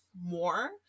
more